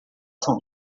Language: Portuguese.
são